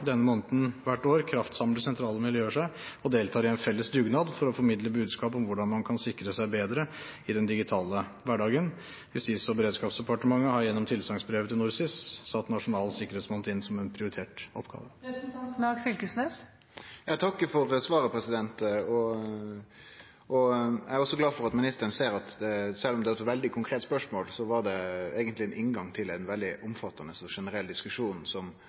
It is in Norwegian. denne måneden hvert år kraftsamler sentrale miljøer seg og deltar i en felles dugnad for å formidle budskap om hvordan man kan sikre seg bedre i den digitale hverdagen. Justis- og beredskapsdepartementet har gjennom tilsagnsbrevet til NorSIS satt Nasjonal Sikkerhetsmåned inn som en prioritert oppgave. Eg takkar for svaret. Eg er også glad for at ministeren ser at dette, sjølv om det er eit veldig konkret spørsmål, eigentleg er ein inngang til ein veldig omfattande og generell diskusjon